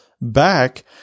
back